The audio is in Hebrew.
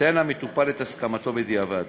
ייתן המטופל את הסכמתו בדיעבד.